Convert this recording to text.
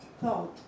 thought